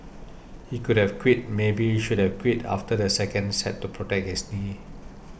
he could have quit maybe should have quit after the second set to protect his knee